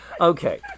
okay